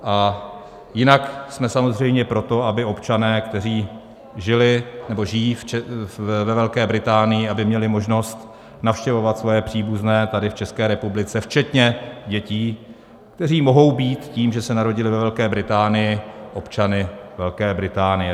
A jinak jsme samozřejmě pro to, aby občané, kteří žili nebo žijí ve Velké Británii, měli možnost navštěvovat svoje příbuzné tady v České republice, včetně dětí, které mohou být tím, že se narodily ve Velké Británii, občany Velké Británie.